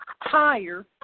higher